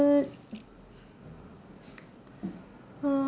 ~ood err